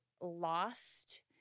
lost